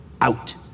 Out